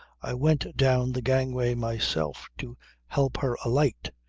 i went down the gangway myself to help her alight.